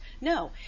No